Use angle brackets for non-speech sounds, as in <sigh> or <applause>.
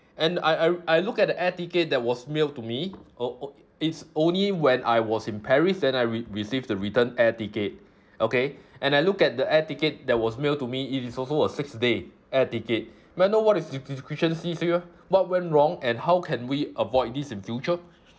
and I I r~ I look at the air ticket that was mailed to me <noise> it's only when I was in paris then I re~ received the return air ticket okay and I look at the air ticket that was mailed to me it is also a six day air ticket may I know what is dis~ discrepancies here what went wrong and how can we avoid this in future